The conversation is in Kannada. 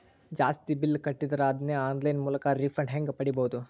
ಜಾಸ್ತಿ ಬಿಲ್ ಕಟ್ಟಿದರ ಅದನ್ನ ಆನ್ಲೈನ್ ಮೂಲಕ ರಿಫಂಡ ಹೆಂಗ್ ಪಡಿಬಹುದು?